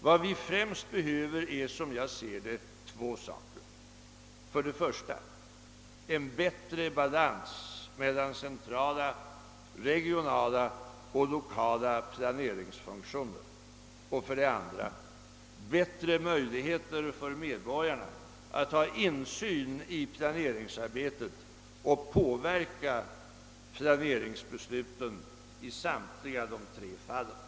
Vad vi främst behöver är, som jag ser det, två saker: för det första en bättre balans mellan centrala, regionala och lokala planeringsfunktioner och för det andra bättre möjligheter för medborgarna att få insyn i planeringsarbetet och påverka planeringsbesluten på samtliga tre nivåer.